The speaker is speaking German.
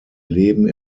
leben